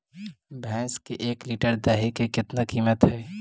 भैंस के एक लीटर दही के कीमत का है?